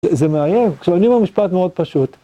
זה מאיים, כשאני אומר משפט מאוד פשוט.